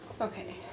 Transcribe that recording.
Okay